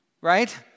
Right